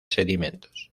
sedimentos